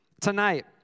tonight